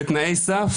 ותנאי סף?